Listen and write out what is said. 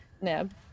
Neb